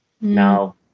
Now